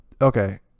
Okay